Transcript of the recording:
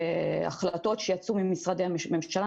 החלטות שיצאו ממשרדי הממשלה,